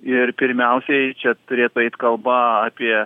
ir pirmiausiai čia turėtų eit kalba apie